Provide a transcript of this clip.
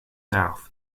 south